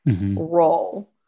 role